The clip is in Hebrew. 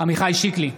עמיחי שיקלי,